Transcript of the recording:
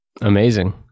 Amazing